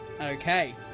Okay